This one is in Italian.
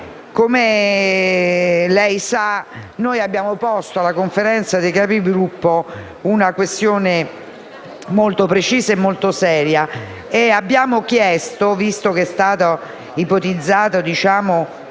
come lei sa, noi abbiamo posto in Conferenza dei Capigruppo una questione molto precisa e molto seria. Abbiamo chiesto, visto che nella settimana dal